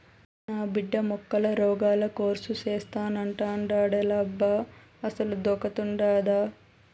నా బిడ్డ మొక్కల రోగాల కోర్సు సేత్తానంటాండేలబ్బా అసలదొకటుండాదా